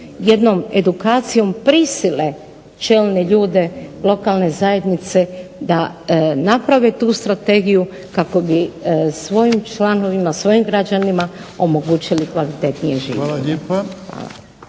jednom edukacijom prisile čelne ljude lokalne zajednice da naprave tu strategiju kako bi svojim članovima, svojim građanima omogućili kvalitetniji život.